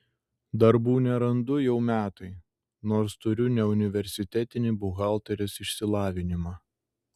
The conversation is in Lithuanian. darbų nerandu jau metai nors turiu neuniversitetinį buhalterės išsilavinimą